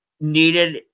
needed